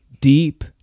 deep